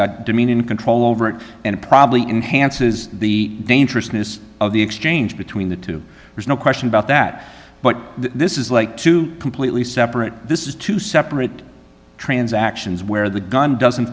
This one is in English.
got dominion control over it and it probably enhances the dangerousness of the exchange between the two there's no question about that but this is like two completely separate this is two separate transactions where the gun doesn't